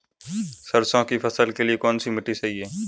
सरसों की फसल के लिए कौनसी मिट्टी सही हैं?